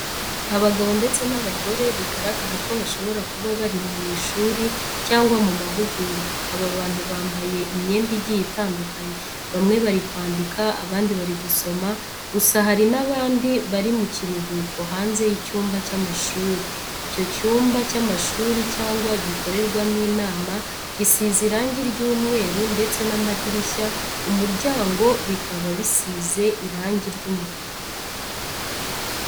Abagabo ndetse n'abagore bigaragara ko bashobora kuba bari mu ishuri cyangwa mu mahugurwa, aba bantu bambaye imyenda igiye itandukanye, bamwe bari kwandika, abandi bari gusoma, gusa hari n'abandi bari mu kiruhuko hanze y'icyumba cy'amashuri. icyo cyumba cy'amashuri cyangwa gikorerwamo inama, gisize irangi ry'umweru ndetse n'amadirishya, umuryango bikaba bisize irangi ry'umutuku.